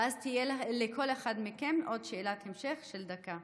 ותהיה לכל אחד מכם עוד שאלת המשך של דקה,